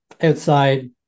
outside